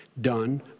done